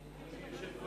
כבוד השר ישיב לך